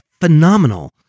phenomenal